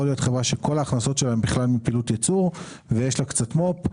להיות חברה שכל ההכנסות שלה הן בכלל מפעילות ייצור ויש לה קצת מו"פ,